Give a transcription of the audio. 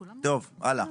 טוב, הלאה.